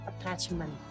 attachment